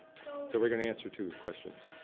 so so we're going to answer two questions.